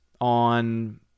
on